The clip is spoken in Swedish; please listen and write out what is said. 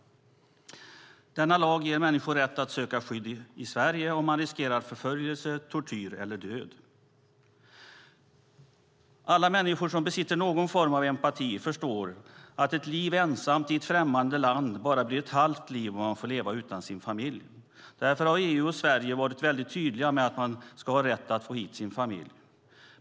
Denna lag ger människor rätt att söka skydd i Sverige om man riskerar förföljelse, tortyr eller död. Alla människor som besitter någon form av empati förstår att ett liv ensam i ett främmande land bara blir ett halvt liv om man får leva det utan sin familj. Därför har både EU och Sverige varit väldigt tydliga med att man ska ha rätt att få hit sin familj.